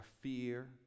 fear